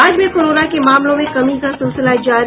राज्य में कोरोना के मामलों में कमी का सिलसिला जारी